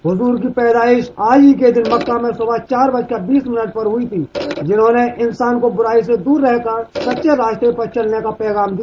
हुजूर की पैदाईश आज ही दिन मक्का में सुबह चार बजकर बीस मिनट पर हुई थी जिन्होंने इंसान को बुराई से दूर रहकर सच्चे रास्ता पर चलने का पैग़ाम दिया